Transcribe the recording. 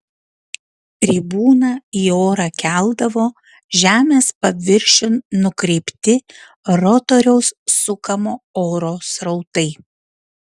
tribūną į orą keldavo žemės paviršiun nukreipti rotoriaus sukamo oro srautai